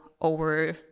over